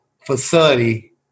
facility